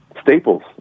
staples